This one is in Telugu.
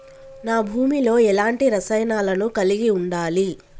నా భూమి లో ఎలాంటి రసాయనాలను కలిగి ఉండాలి?